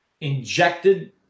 injected